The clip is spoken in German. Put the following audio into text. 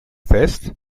fest